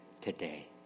today